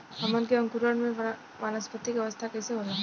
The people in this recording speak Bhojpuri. हमन के अंकुरण में वानस्पतिक अवस्था कइसे होला?